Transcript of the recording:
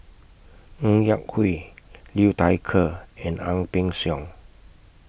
Ng Yak Whee Liu Thai Ker and Ang Peng Siong